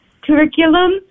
curriculum